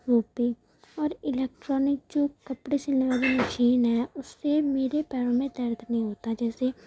وہ بھی اور الیکٹرانک جو کپڑے سلنے والی مشین ہے اس سے میرے پیروں میں درد نہیں ہوتا جیسے